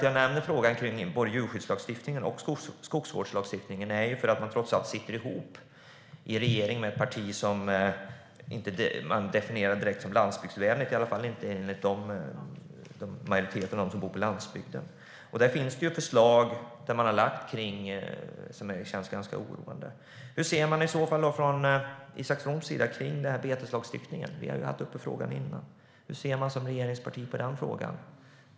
Jag nämnde frågorna om både djurskyddslagstiftningen och skogsvårdslagstiftningen därför att man i regeringen trots allt sitter ihop med ett parti som inte direkt definieras som landsbygdsvänligt, i alla fall inte enligt majoriteten av dem som bor på landsbygden. Det finns förslag som regeringen har lagt som känns ganska oroande. Hur ser man från Isak Froms sida på beteslagstiftningen? Vi har haft den frågan uppe tidigare. Hur man ser man som regeringsparti på den frågan?